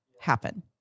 happen